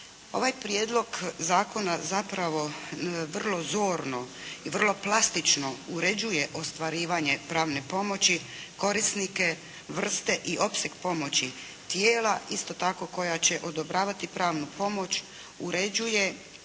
Ovaj prijedlog zakona zapravo vrlo zorno i vrlo plastično uređuje ostvarivanje pravne pomoći, korisnike, vrste i opseg pomoći tijela isto tako koja će odobravati pravnu pomoć uređuje